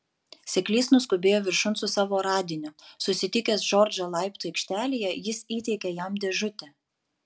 seklys nuskubėjo viršun su savo radiniu susitikęs džordžą laiptų aikštelėje jis įteikė jam dėžutę